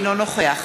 אינו נוכח